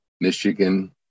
Michigan